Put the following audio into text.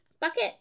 bucket